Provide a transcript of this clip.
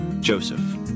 Joseph